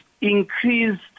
increased